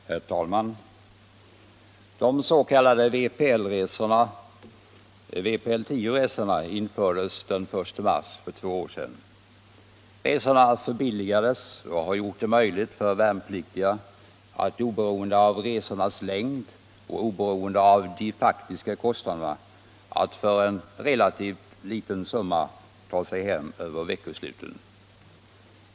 Herr talman! De s.k. vpl 10-resorna infördes den 1 mars för två år sedan. Resorna förbilligades vilket gjort det möjligt för värnpliktiga — oberoende av resornas längd och oberoende av de faktiska kostnaderna — att för en relativt liten summa ta sig hem över veckosluten.